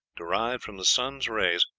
derived from the sun's rays,